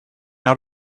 out